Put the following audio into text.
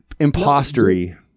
impostery